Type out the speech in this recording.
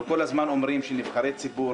אנחנו כל הזמן אומרים שמדובר בנבחרי ציבור,